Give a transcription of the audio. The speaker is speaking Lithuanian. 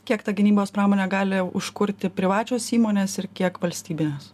kiek tą gynybos pramonę gali užkurti privačios įmonės ir kiek valstybinės